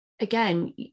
again